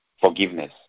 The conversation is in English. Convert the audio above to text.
forgiveness